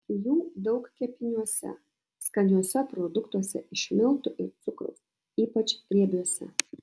jų daug kepiniuose skaniuose produktuose iš miltų ir cukraus ypač riebiuose